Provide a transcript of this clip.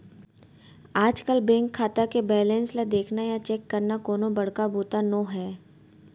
आजकल बेंक खाता के बेलेंस ल देखना या चेक करना कोनो बड़का बूता नो हैय